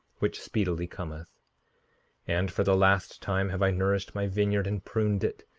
which speedily cometh and for the last time have i nourished my vineyard, and pruned it,